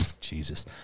Jesus